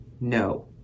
no